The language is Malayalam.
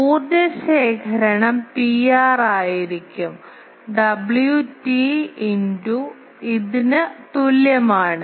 ഊർജ്ജ ശേഖരണം Pr ആയിരിക്കും Wt into ഇതിന് തുല്യമാണ്